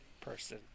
person